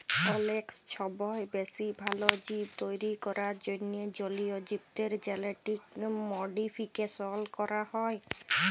অলেক ছময় বেশি ভাল জীব তৈরি ক্যরার জ্যনহে জলীয় জীবদের জেলেটিক মডিফিকেশল ক্যরা হ্যয়